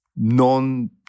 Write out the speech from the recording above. non